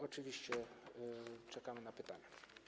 Oczywiście czekamy na pytania.